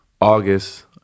august